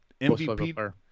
MVP